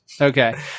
Okay